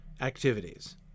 activities